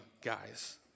guys